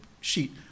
sheet